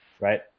Right